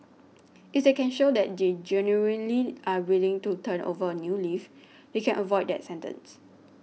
if they can show that they genuinely are willing to turn over a new leaf they can avoid that sentence